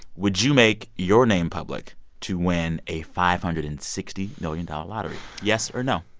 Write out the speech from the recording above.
would you make your name public to win a five hundred and sixty million dollars lottery? yes or no?